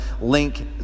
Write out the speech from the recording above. link